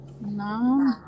no